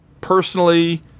personally